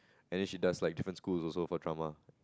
and then she does like different schools also for drama